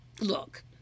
look